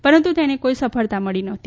પરંતુ તેને કોઇ સફળતા મળી ન હતી